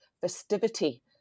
festivity